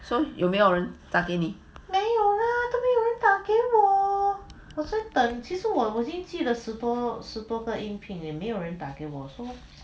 so 有没有打给你